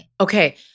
Okay